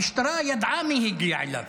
המשטרה ידעה מי הגיע אליו,